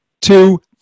two